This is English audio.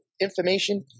information